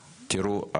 תיראו,